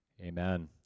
Amen